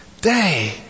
day